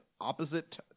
opposite